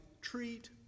treat